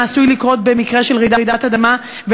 מה עשוי לקרות במקרה של רעידת אדמה,